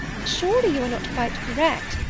surely you are not quite correct,